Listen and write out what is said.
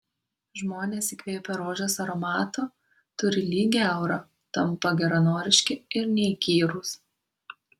žmonės įkvėpę rožės aromato turi lygią aurą tampa geranoriški ir neįkyrūs